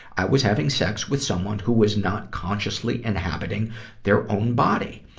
i was having sex with someone who was not consciously inhabiting their own body.